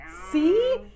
See